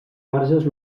marges